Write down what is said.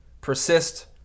Persist